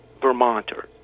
Vermonters